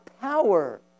power